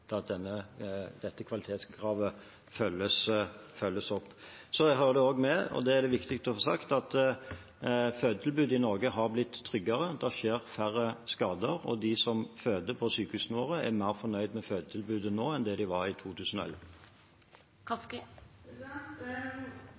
dette kvalitetskravet følges opp. Det hører også med til historien – og dette er det viktig å få sagt – at fødetilbudet i Norge har blitt tryggere. Det skjer færre skader, og de som føder på sykehusene våre, er mer fornøyd med fødetilbudet nå enn de var i